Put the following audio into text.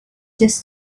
just